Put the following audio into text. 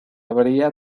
habría